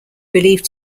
believed